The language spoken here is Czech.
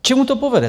K čemu to povede?